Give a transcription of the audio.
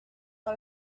par